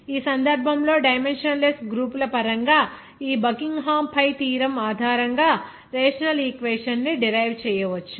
ఈ సందర్భంలో డైమెన్స్లెస్ గ్రూపుల పరంగా ఈ బకింగ్హామ్ pi థీరం ఆధారంగా రేషనల్ ఈక్వేషన్ ని డిరైవ్ చేయవచ్చు